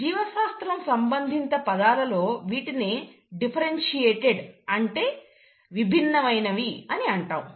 జీవశాస్త్రం సంబంధిత పదాలలో వీటిని డిఫరెన్షియేటెడ్ అనగా విభిన్నమైనవి అని అంటాము